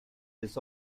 this